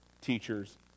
teachers